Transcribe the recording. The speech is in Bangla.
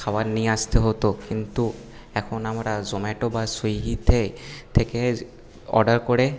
খাবার নিয়ে আসতে হত কিন্তু এখন আমরা জোম্যাটো বা সুইগিতে থেকে অর্ডার করে